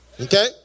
Okay